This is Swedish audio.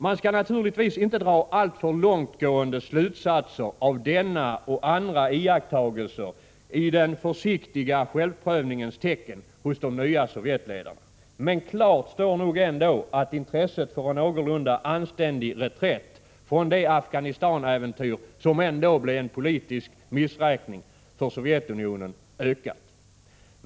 Man skall naturligtvis inte dra alltför långtgående slutsatser av denna och andra iakttagelser i den försiktiga självprövningens tecken hos de nya Sovjetledarna. Men klart står nog ändå att intresset för en någorlunda anständig reträtt från det Afghanistanäventyr som ändå blev en politisk missräkning för Sovjetunionen ökat.